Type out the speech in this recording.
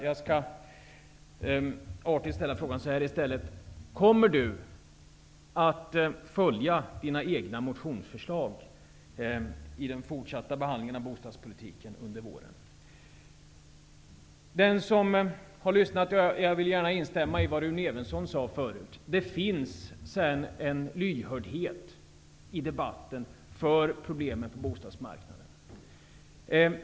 Jag skall artigt ställa följande fråga: Kommer Dan Eriks son att följa sina egna motionsförslag i den fort satta behandlingen av bostadspolitiken under vå ren? Jag vill gärna instämma i vad Rune Evensson sade tidigare. Det finns en lyhördhet i debatten för problemen på bostadsmarknaden.